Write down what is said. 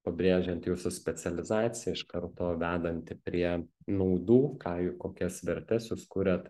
pabrėžiant jūsų specializaciją iš karto vedanti prie naudų ką ju kokias vertes jūs kuriat